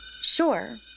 Sure